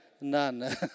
none